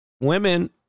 women